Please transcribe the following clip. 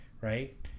right